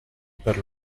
per